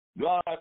God